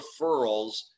referrals